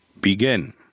Begin